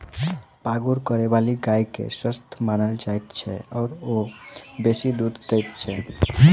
पागुर करयबाली गाय के स्वस्थ मानल जाइत छै आ ओ बेसी दूध दैत छै